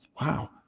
wow